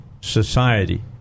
society